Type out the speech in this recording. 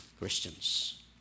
Christians